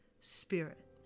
spirit